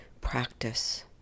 practice